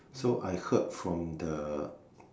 so I heard from the